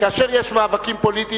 כאשר יש מאבקים פוליטיים,